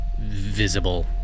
visible